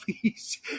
please